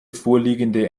vorliegende